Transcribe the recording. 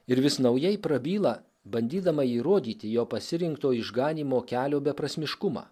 ir vis naujai prabyla bandydama įrodyti jo pasirinkto išganymo kelio beprasmiškumą